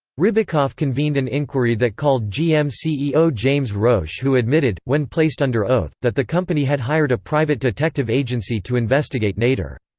ribicoff convened an inquiry that called gm ceo james roche who admitted, when placed under oath, that the company had hired a private detective agency to investigate nader.